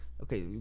okay